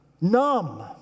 numb